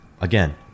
again